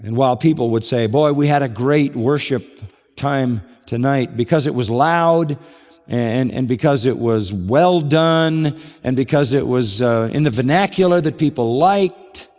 and while people would say, boy, we had a great worship time tonight because it was loud and and because it was well done and because it was in the vernacular that people liked.